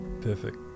perfect